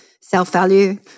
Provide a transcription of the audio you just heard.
self-value